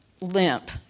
limp